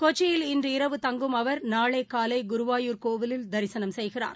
கொச்சியில் இன்று இரவு தங்கும் அவர் நாளைகாலைகுருவாயூர் கோவிலில் தரிசனம் செய்கிறார்